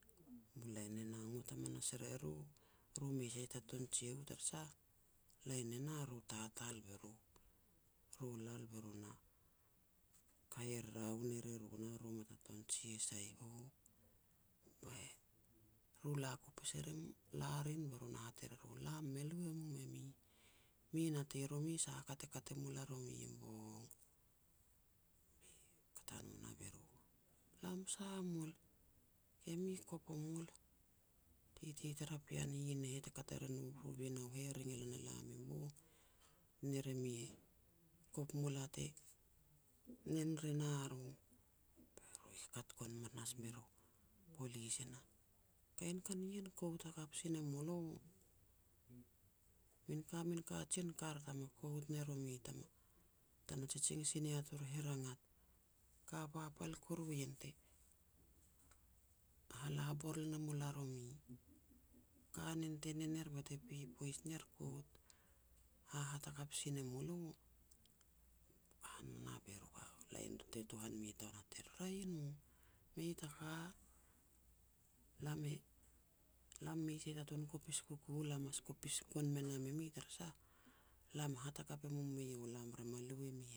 Bu lain ne nah ngot hamas er eru ru mei sai ta tun jia u lain ne nah ru tatal be ru, ru lal be ru na kai er raun er e ru nah, ru mei ta tuan jia sai u, yo heh. Ru la ku pasi rim, la rin be ru na hat er eru, "Lam me lu e mum e mi, mi e natei romi sah a ka te kat e mul a romi i bong". Be kat a no nah be ru, "Lam sah mul?" "Emi kop o mul. Titi tara pean hihin ne heh te kat e rin u-u binau heh, ring e lan elam i bong, hat ner e mi kop mul a te nen rin a ru. Ru hikakt gon manas mer u polis e nah, "Kain ka nien kout hakap si ne mulo, min ka min kajen kar tama kout ne romi, tama, tana jijin sin nia turu hirangat, ka papal kuru ien te hala bor ne mul a romi. Kanen te nen er bete pe poaj ner, kout, hahat hakap si ne mulo. Ka no nah, be ru lain ti tuhan mi taun hat ner, "Raeh e no, mei ta ka, lam e, lam mei sai a tuan ni kopis kuku u lam mas kopis gon me nam e mi, tara sah lam hat hakap e mum eiau lam ra me lu e mi.